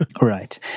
Right